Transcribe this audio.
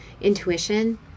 intuition